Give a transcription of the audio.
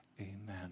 Amen